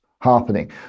happening